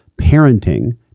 parenting